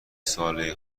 ساله